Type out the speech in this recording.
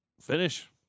finish